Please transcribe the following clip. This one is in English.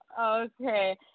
Okay